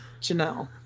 Janelle